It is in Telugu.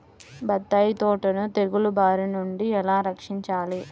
బత్తాయి తోటను తెగులు బారి నుండి ఎలా రక్షించాలి?